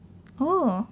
oh